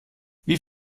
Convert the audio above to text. wie